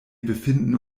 befinden